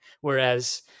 Whereas